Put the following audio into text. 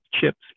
chips